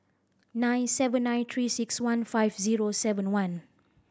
nine seven nine Three Six One five zero seven one